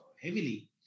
heavily